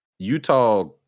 Utah